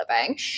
living